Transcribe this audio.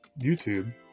YouTube